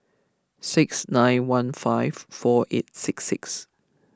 six nine one five four eight six six